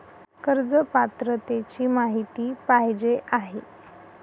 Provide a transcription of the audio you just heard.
कर्ज पात्रतेची माहिती पाहिजे आहे?